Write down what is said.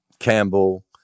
Campbell